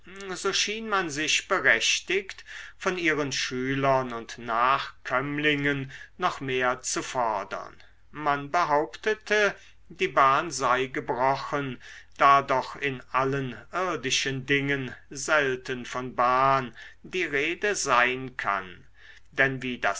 so schien man sich berechtigt von ihren schülern und nachkömmlingen noch mehr zu fordern man behauptete die bahn sei gebrochen da doch in allen irdischen dingen selten von bahn die rede sein kann denn wie